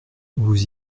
vous